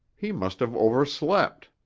he must have overslept.